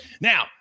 Now